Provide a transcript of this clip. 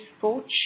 coach